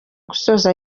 gusoza